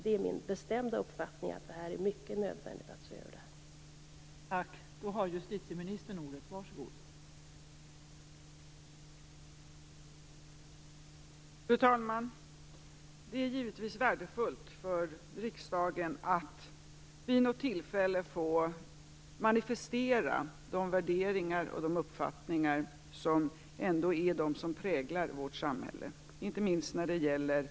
Det är min bestämda uppfattning att det är mycket nödvändigt att se över det här.